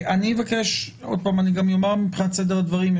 אני אבקש וגם אומר מבחינת סדר הדברים,